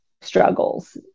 struggles